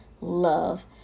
love